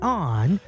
on